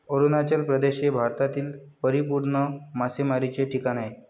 अरुणाचल प्रदेश हे भारतातील परिपूर्ण मासेमारीचे ठिकाण आहे